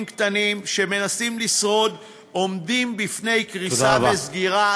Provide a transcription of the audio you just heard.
קטנים שמנסים לשרוד ועומדים בפני קריסה וסגירה.